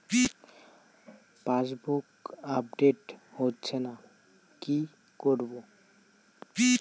Passbook update হচ্ছেনা কি করবো?